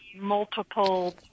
multiple